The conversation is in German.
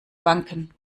banken